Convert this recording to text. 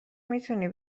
میتونی